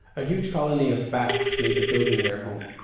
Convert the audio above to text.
a huge colony of bats made the building their home